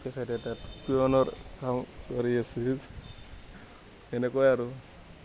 তেখেতে তাত পিয়নৰ কাম কৰি আছে এনেকুৱাই আৰু